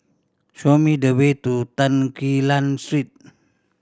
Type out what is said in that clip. show me the way to Tan Quee Lan Street